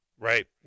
Right